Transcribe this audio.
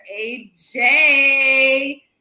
aj